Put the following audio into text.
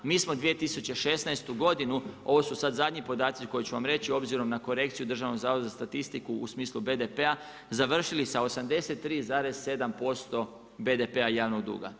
Mi smo 2016. godinu, ovo su sad zadnji podaci koji ću vam reći, obzirom na korekciju Državnog zavoda za statistiku u smislu BDP-a, završili sa 83, 7% BDP-a javnog duga.